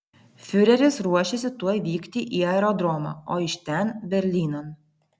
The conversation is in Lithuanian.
fiureris ruošėsi tuoj vykti į aerodromą o iš ten berlynan